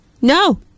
No